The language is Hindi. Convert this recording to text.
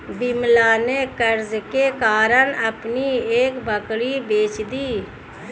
विमला ने कर्ज के कारण अपनी एक बकरी बेच दी